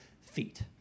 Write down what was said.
feet